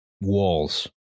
Walls